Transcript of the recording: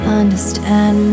understand